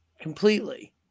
Completely